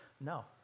no